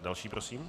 Další prosím.